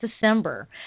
December